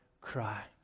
cry